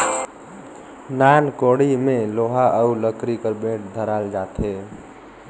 नान कोड़ी मे लोहा अउ लकरी कर बेठ धराल जाथे